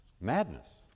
Madness